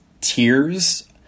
Tears